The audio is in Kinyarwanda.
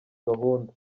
gahunda